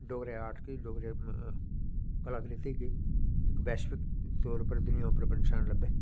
डोगरे आर्ट गी डोगरे कलाकृती गी इक वैशनिक तौर उप्पर दुनियां उप्पर पशान लब्भै